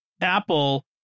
Apple